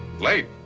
late?